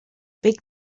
big